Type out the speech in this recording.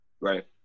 Right